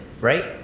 right